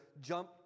jump